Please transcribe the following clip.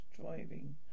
Driving